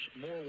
More